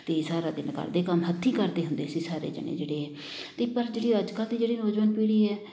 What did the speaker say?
ਅਤੇ ਸਾਰਾ ਦਿਨ ਘਰ ਦੇ ਕੰਮ ਹੱਥੀਂ ਕਰਦੇ ਹੁੰਦੇ ਸੀ ਸਾਰੇ ਜਣੇ ਜਿਹੜੇ ਅਤੇ ਪਰ ਜਿਹੜੇ ਅੱਜ ਕੱਲ੍ਹ ਦੇ ਜਿਹੜੇ ਨੌਜਵਾਨ ਪੀੜੀ ਆ